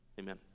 Amen